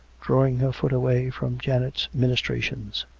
drawing her foot away from janet's ministrations.